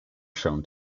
shown